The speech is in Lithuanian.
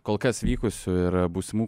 kol kas vykusių ir būsimų